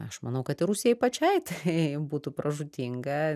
aš manau kad ir rusijai pačiai tai būtų pražūtinga